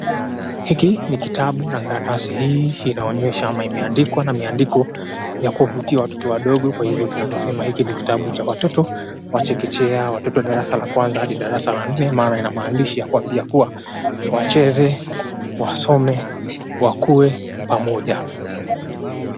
Hiki ni kitabu, na karatasi hii inaonyesha ama imeandikwa na miandiko ya kuvutia watoto wadogo kwa hivyo tunawezasema hiki ni kitabu cha watoto wa chekechea, watoto wa darasa la kwanza hadi darasa la nne. Maana ina maandishi yakuwaambia kuwa wacheze, wasome, wakue pamoja.